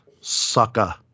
sucker